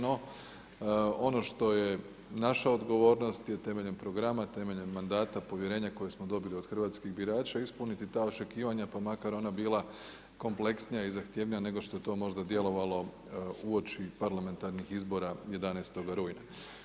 No, ono što je naša odgovornost, je temeljem programa, temeljem mandata, povjerenja koje smo dobili od hrvatskih birača, ispuniti ta očekivanja, pa makar ona bila kompleksnija i zahtjevnija nego što je to možda djelovalo uoči parlamentarnih izbora 11. rujan.